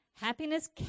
Happiness